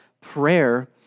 prayer